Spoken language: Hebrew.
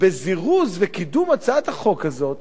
בזירוז וקידום הצעת החוק הזאת,